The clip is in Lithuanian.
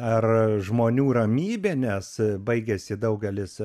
ar žmonių ramybė nes baigiasi daugelis